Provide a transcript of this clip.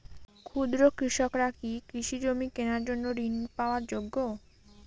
ক্ষুদ্র কৃষকরা কি কৃষি জমি কেনার জন্য ঋণ পাওয়ার যোগ্য?